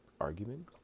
argument